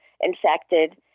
infected